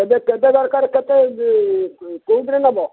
ଏବେ କେବେେ ଦରକାର କେତେ କୋଉଥିରେ ନେବ